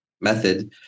method